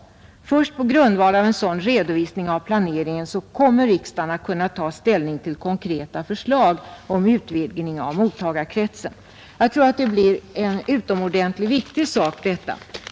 Först på grundval av en sådan redovisning av planeringen kommer riksdagen att kunna ta ställning till konkreta förslag om utvidgning av mottagarkretsen. Jag tror detta blir en utomordentligt viktig sak.